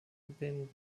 ben